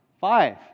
Five